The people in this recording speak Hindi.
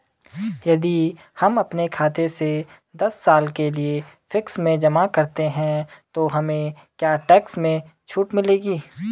यदि हम अपने खाते से दस साल के लिए फिक्स में जमा करते हैं तो हमें क्या टैक्स में छूट मिलेगी?